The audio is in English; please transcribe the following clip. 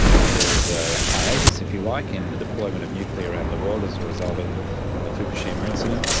there is a hiatus, if you like, in the deployment of nuclear around the world as a result of the fukushima incident,